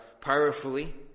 powerfully